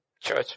church